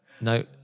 no